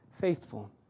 faithful